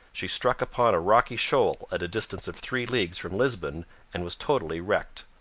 she struck upon a rocky shoal at a distance of three leagues from lisbon and was totally wrecked.